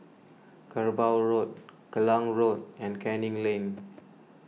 Kerbau Road Klang Road and Canning Lane